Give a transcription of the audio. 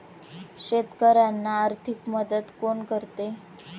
शेतकऱ्यांना आर्थिक मदत कोण करते?